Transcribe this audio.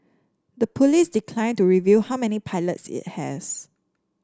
the police declined to reveal how many pilots it has